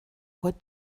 what